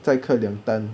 再刻两单